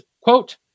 quote